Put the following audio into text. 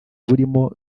burimo